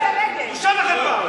זו בושה וחרפה,